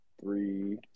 three